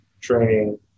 training